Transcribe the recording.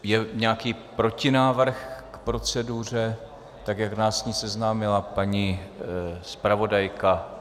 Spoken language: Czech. Je nějaký protinávrh k proceduře, jak nás s ní seznámila paní zpravodajka?